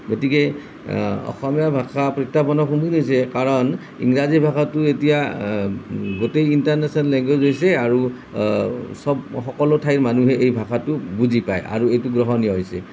গতিকে অসমীয়া ভাষা প্ৰত্যাহ্বানৰ সন্মুখীন হৈছে কাৰণ ইংৰাজী ভাষাটো এতিয়া গোটেই ইন্টাৰনেশ্বনেল লেংগুৱেজ হৈছে আৰু চব সকলো ঠাইৰ মানুহে এই ভাষাটো বুজি পায় আৰু এইটো গ্ৰহণীয় হৈছে